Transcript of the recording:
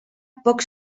poc